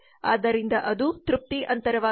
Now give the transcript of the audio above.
ಆದ್ದರಿಂದ ಅದು ತೃಪ್ತಿ ಅಂತರವಾಗಿದೆ